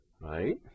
right